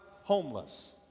homeless